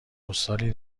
پستالی